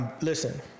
Listen